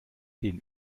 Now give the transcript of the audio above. den